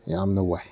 ꯌꯥꯝꯅ ꯋꯥꯏ